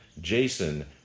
Jason